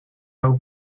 our